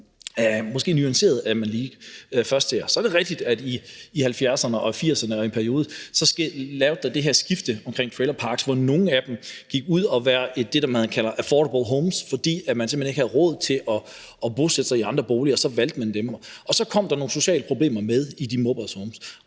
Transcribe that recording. mere nuanceret, end man lige umiddelbart tror. Så er det rigtigt, at der i 1970'erne og 1980'erne skete det her skifte omkring trailerparks, hvor nogle af dem gik til at være det, man kalder affordable homes, fordi man simpelt hen ikke havde råd til at bosætte sig i andre boliger, og så valgte man det. Og så kom der nogle sociale problemer med i forhold